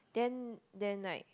then then like